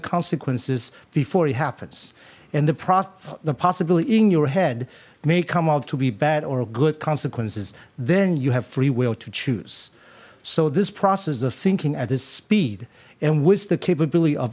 consequences before it happens and the profit the possibility in your head may come out to be bad or good consequences then you have free will to choose so this process of thinking at the speed and with the capability of